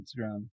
Instagram